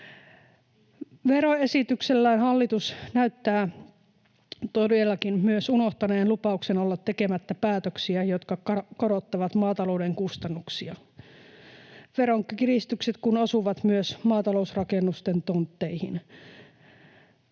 Veroesityksellään hallitus näyttää todellakin myös unohtaneen lupauksen olla tekemättä päätöksiä, jotka korottavat maatalouden kustannuksia, veronkiristykset kun osuvat myös maatalousrakennusten tontteihin.